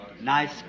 nice